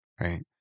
right